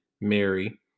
Mary